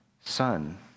son